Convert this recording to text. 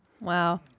Wow